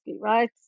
Right